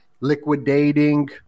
liquidating